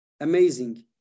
amazing